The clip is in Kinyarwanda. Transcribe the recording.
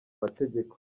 mategeko